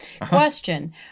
Question